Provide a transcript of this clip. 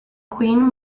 queen